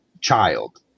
child